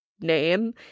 name